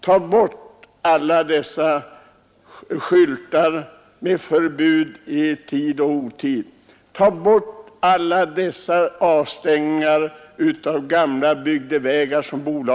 Ta bort alla dessa förbudsskyltar som sätts upp i tid och otid! Ta bort bolagens alla avstängningar av gamla bygdevägar!